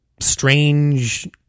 strange